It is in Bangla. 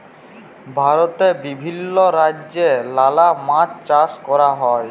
ভারতে বিভিল্য রাজ্যে লালা মাছ চাষ ক্যরা হ্যয়